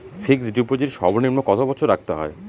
Fixed deposit সর্বনিম্ন কত বছর রাখতে হয়?